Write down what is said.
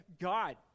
God